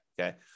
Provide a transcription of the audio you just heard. Okay